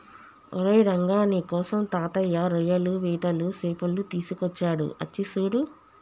ఓరై రంగ నీకోసం తాతయ్య రోయ్యలు పీతలు సేపలు తీసుకొచ్చాడు అచ్చి సూడు